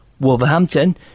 Wolverhampton